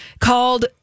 called